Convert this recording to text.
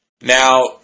Now